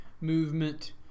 movement